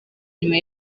nyuma